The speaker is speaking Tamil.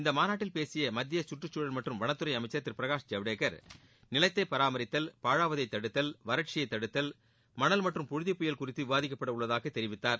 இந்த மாநாட்டில் பேசிய மத்திய கற்றுக்சூழல் மற்றும் வளத்துறை அமைச்சர் திரு பிரகாஷ் ஜவடேகர் நிலத்தை பராமரித்தல் பாழாவதை தடுத்தல் வறட்சியை தடுத்தல் மணல் மற்றும் புழுதிப்புயல் குறித்து விவாதிக்கப்பட உள்ளதாக தெரிவித்தார்